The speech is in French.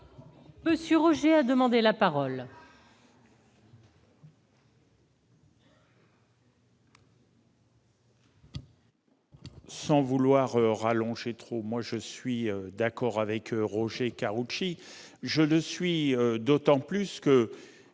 Monsieur Roger a demandé la parole.